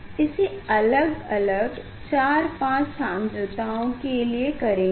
इसे अलग अलग 4 5 सान्द्रताओं के लिए करेंगे